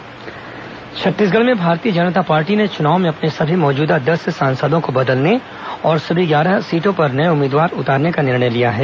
भाजपा उम्मीदवार छत्तीसगढ़ में भारतीय जनता पार्टी ने चुनाव में अपने सभी मौजूदा दस सांसदों को बदलने और सभी ग्यारह सीटों पर नये उम्मीदवार उतारने का निर्णय लिया है